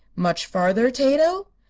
much farther, tato?